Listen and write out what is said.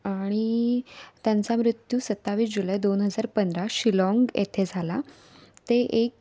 आणि त्यांचा मृत्यू सत्तावीस जुलै दोन हजार पंधरा शिलाँग येथे झाला ते एक